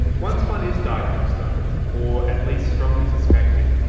once one is diagnosed though or at least strongly suspected,